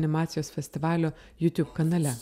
animacijos festivalio youtube kanale